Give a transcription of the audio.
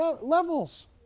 levels